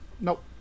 Nope